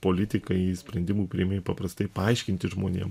politikai sprendimų priėmėjai paprastai paaiškinti žmonėms